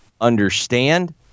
understand